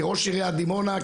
כראש עיריית דימונה,